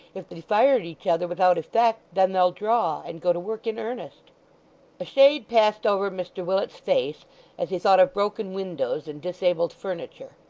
if they fire at each other without effect, then they'll draw, and go to work in earnest a shade passed over mr willet's face as he thought of broken windows and disabled furniture,